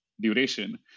duration